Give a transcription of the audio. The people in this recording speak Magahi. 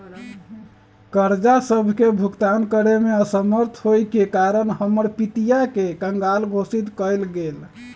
कर्जा सभके भुगतान करेमे असमर्थ होयेके कारण हमर पितिया के कँगाल घोषित कएल गेल